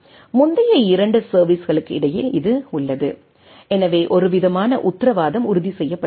முந்தைய 2 சர்வீஸ்களுக்கு இடையில் இது உள்ளது எனவே ஒருவிதமான உத்தரவாதம் உறுதி செய்யப்படுகிறது